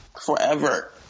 forever